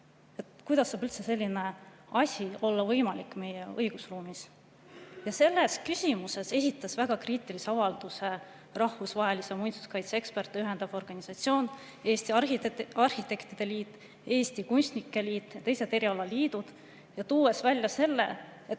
Kuidas saab selline asi olla võimalik meie õigusruumis? Selles küsimuses esitasid väga kriitilise avalduse rahvusvahelisi muinsuskaitseeksperte ühendav organisatsioon, Eesti Arhitektide Liit, Eesti Kunstnike Liit ja teised erialaliidud, tuues välja selle, et